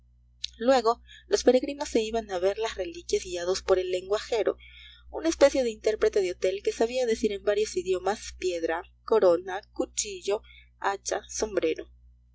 luego los peregrinos se iban a ver las reliquias guiados por el lenguajero una especie de intérprete de hotel que sabía decir en varios idiomas piedra corona cuchillo hacha sombrero